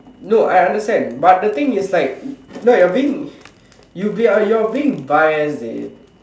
no I understand but the thing is like no you're being you are being biased dey